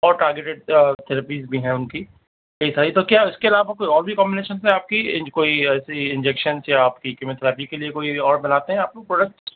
اور targeted therapies بھی ہیں ان کی کئی تو کیا اس کے علاوہ کوئی اور بھی کامبینشنس میں آپ کی کوئی ایسی انجیکشنس یا آپ کییمیوتھریپی کے لیے کوئی اور بناتے ہیں آپ کو پروڈکٹس